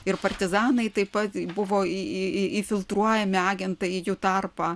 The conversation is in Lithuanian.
ir partizanai taip pat buvo į į į filtruojami agentai į jų tarpą